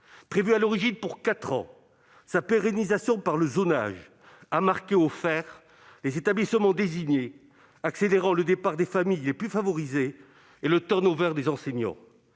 Prévue à l'origine pour quatre ans, sa pérennisation par le zonage a marqué au fer les établissements désignés, accélérant le départ des familles les plus favorisées et le turnover des enseignants.